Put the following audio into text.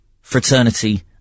fraternity